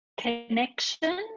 connection